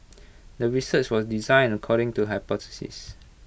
the research was designed according to hypothesis